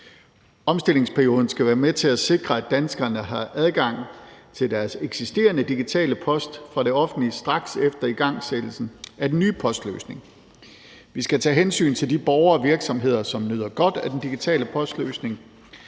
Omstillingsperioden skal være med til at sikre, at danskerne har adgang til deres eksisterende digitale post fra det offentlige straks efter igangsættelsen af den nye postløsning. Vi skal tage hensyn til de borgere og virksomheder, som nyder godt af den digitale postløsning,